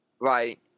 right